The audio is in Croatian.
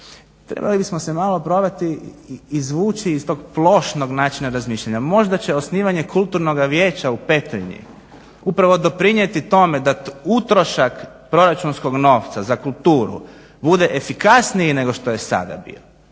trebali bismo se malo probati izvući iz tog plošnog načina razmišljanja. Možda će osnivanje kulturnoga vijeća u Petrinji upravo doprinijeti tome da utrošak proračunskog novca za kulturu bude efikasniji nego što je sada bio.